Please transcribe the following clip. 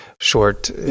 short